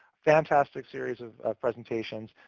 fantastic series of presentations,